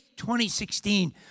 2016